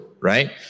right